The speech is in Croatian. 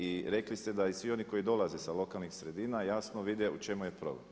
I rekli ste da i svi oni koji dolaze sa lokalnih sredina jasno vide u čemu je problem.